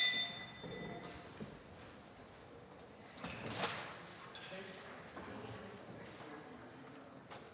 Tak